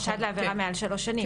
נחשב לעבירה מעל שלוש שנים?